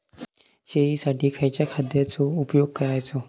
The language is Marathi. शेळीसाठी खयच्या खाद्यांचो उपयोग करायचो?